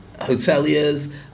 hoteliers